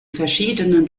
verschiedenen